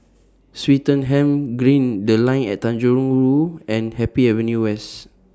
Swettenham Green The Line At Tanjong Rhu Who and Happy Avenue West